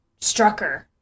Strucker